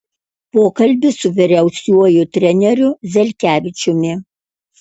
pokalbis su vyriausiuoju treneriu zelkevičiumi